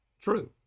True